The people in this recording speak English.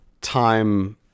time